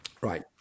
right